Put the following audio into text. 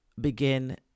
begin